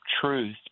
truth